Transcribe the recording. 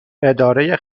اداره